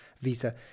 Visa